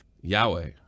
Yahweh